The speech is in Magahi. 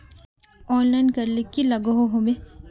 ऑनलाइन करले की लागोहो होबे?